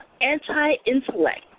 Anti-intellect